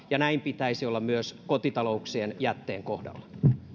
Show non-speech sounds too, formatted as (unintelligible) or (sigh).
(unintelligible) ja näin pitäisi olla myös kotitalouksien jätteen kohdalla